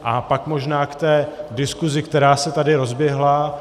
A pak možná k té diskusi, která se tady rozběhla.